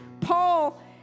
Paul